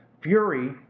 Fury